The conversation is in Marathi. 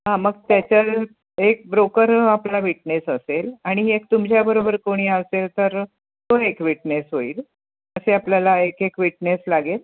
हां मग त्याच्या एक ब्रोकर आपला वीटनेस असेल आणि एक तुमच्याबरोबर कोणी असेल तर तो एक वीटनेस होईल असे आपल्याला एक एक वीटनेस लागेल